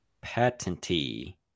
patentee